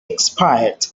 expired